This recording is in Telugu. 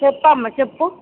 చెప్పమ్మ చెప్పు